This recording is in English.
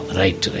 right